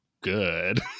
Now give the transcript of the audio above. good